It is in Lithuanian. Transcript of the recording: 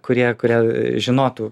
kurie kurie žinotų